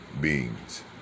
beings